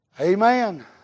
Amen